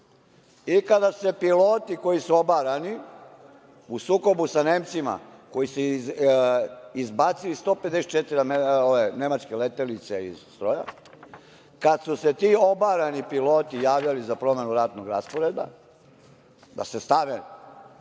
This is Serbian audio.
Kada su se piloti koji su obarani u sukobu sa Nemcima koji su izbacili 154 nemačke letilice iz stroja, kada su se ti obarani piloti javljali za promenu ratnog rasporeda, da se stave